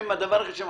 זה שהם